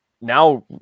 now